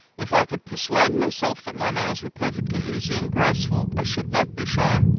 if i could persuade myself that my manners were perfectly easy and graceful, i should not be shy.